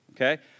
okay